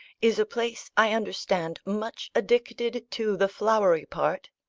is a place, i understand, much addicted to the flowery part.